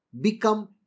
become